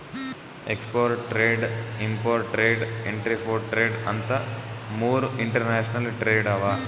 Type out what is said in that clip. export trade, import trade, entrepot trade ಅಂತ್ ಮೂರ್ international trade ಅವಾ